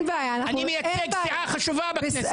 אני מייצג סיעה חשובה בכנסת.